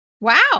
Wow